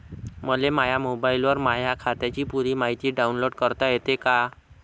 मले माह्या मोबाईलवर माह्या खात्याची पुरी मायती डाऊनलोड करता येते का?